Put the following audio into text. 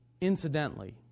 Incidentally